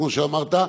כמו שאמרת,